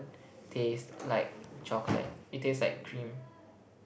taste like chocolate it tastes like cream